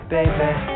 Baby